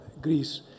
Greece